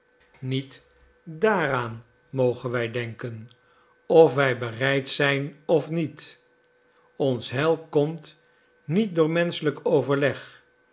niet daaraan mogen wij denken of wij bereid zijn of niet ons heil komt niet door menschelijk overleg